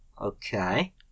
Okay